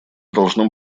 должно